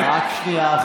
אדוני השר, רק שנייה אחת.